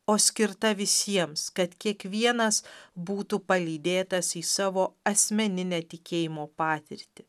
o skirta visiems kad kiekvienas būtų palydėtas į savo asmeninę tikėjimo patirtį